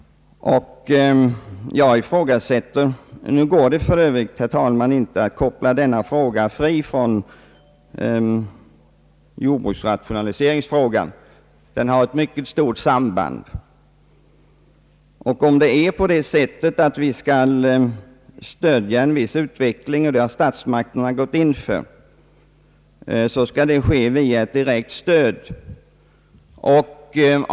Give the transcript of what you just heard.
Nu går det för övrigt, herr talman, inte att frikoppla denna fråga som en ren skattefråga från jordbruksrationaliseringsfrågan. Här finns ett samband och återverkningarna kan inte förbises. Om vi skall stödja en viss utveckling — och det har statsmakterna gått in för — skall det ske via ett direkt stöd.